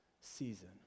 season